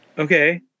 okay